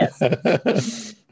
Yes